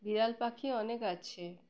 বিরল পাখি অনেক আছে